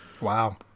Wow